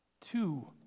Two